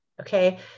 Okay